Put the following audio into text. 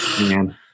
man